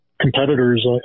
competitors